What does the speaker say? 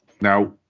Now